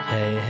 Hey